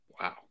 wow